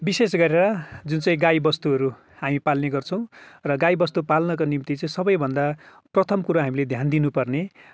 विशेष गरेर जुन चाहिँ गाई बस्तुहरू हामी पाल्ने गर्छौँ र गाई बस्तु पाल्नको निम्ति चाहिँ सबैभन्दा प्रथम कुरा हामीले ध्यान दिनु पर्ने